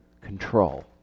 control